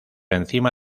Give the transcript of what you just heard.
encima